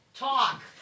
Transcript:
Talk